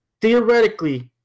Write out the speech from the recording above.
theoretically